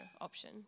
option